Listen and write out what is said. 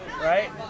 right